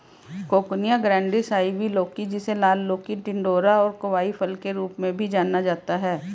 coccinia grandis, ivy लौकी, जिसे लाल लौकी, टिंडोरा और कोवाई फल के रूप में भी जाना जाता है